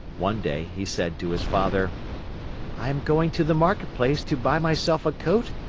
one day he said to his father i am going to the market place to buy myself a coat,